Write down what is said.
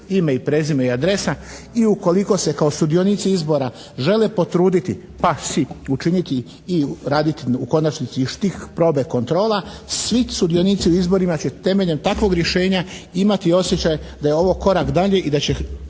ime i prezime i adresa i ukoliko se kao sudionici izbora žele potruditi, baš svi, učiniti i raditi u konačnici i štih probe kontrola, svi sudionici u izborima će temeljem takvog rješenja imati osjećaj da je ovo korak dalje i da će